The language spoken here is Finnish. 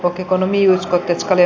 ok ekonomi uskotte tänne